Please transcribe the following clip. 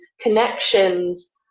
connections